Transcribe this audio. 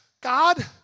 God